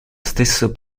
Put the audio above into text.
stesso